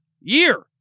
year